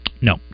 No